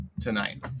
tonight